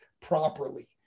properly